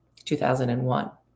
2001